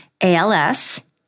ALS